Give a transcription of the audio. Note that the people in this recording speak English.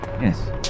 Yes